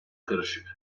karışık